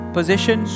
position